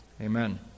Amen